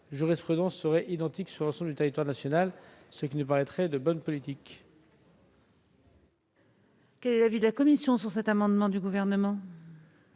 la jurisprudence serait alors identique sur l'ensemble du territoire national, ce qui me paraît être de bonne politique.